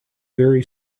very